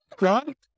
right